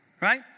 right